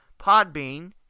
Podbean